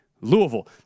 Louisville